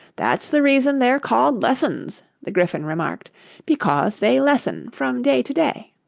that's the reason they're called lessons the gryphon remarked because they lessen from day to day